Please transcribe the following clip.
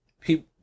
people